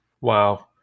Wow